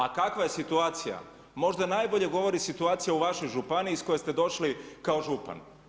A kakva je situacija, možda najbolje govori situacija u vašoj županiji, iz koje ste došli kao župan.